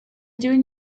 doing